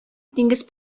диңгез